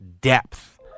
depth